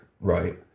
Right